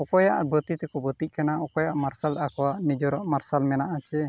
ᱚᱠᱚᱭᱟᱜ ᱵᱟᱹᱛᱤ ᱛᱮᱠᱚ ᱵᱟᱹᱛᱤᱜ ᱠᱟᱱᱟ ᱚᱠᱚᱭᱟᱜ ᱢᱟᱨᱥᱟᱞ ᱟᱠᱚᱣᱟᱜ ᱱᱤᱡᱮᱨᱚᱜ ᱢᱟᱨᱥᱟᱞ ᱢᱮᱱᱟᱜᱼᱟ ᱥᱮ